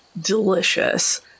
delicious